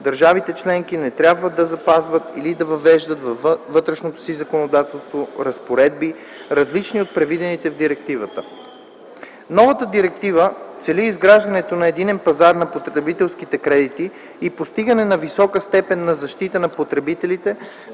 държавите членки не трябва да запазват или да въвеждат във вътрешното си законодателство разпоредби, различни от предвидените в директивата. Новата директива цели изграждането на единен пазар на потребителските кредити и постигане на висока степен на защита на потребителите,